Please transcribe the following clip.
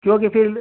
क्योंकि फिर